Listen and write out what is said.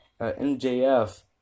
MJF